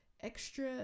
extra